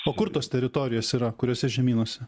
o kur tos teritorijos yra kuriuose žemynuose